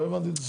לא הבנתי.